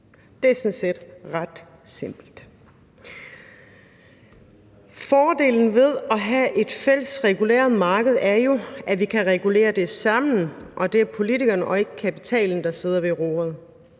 Det er sådan set ret simpelt. Fordelen ved at have et fælles reguleret marked er jo, at vi kan regulere det sammen, og at det er politikerne og ikke kapitalen, der sidder ved roret.